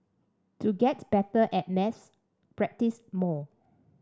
to get better at maths practise more